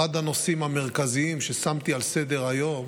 אחד הנושאים המרכזיים ששמתי על סדר-היום